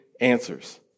answers